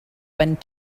went